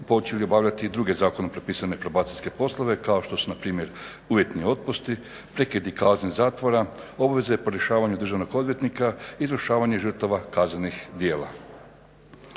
počeli obavljati druge zakonom propisane probacijske poslove kao što su npr. uvjetni otpusti, prekidi kazne zatvora, obveze po rješavanju državnog odvjetnika, izvršavanje žrtava kaznenih djela.